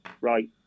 right